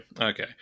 Okay